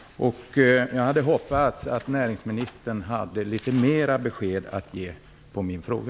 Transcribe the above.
Jag hade hoppats att näringsministern skulle ha litet mer besked att ge beträffande min fråga.